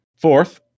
Fourth